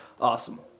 Awesome